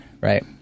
right